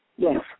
Yes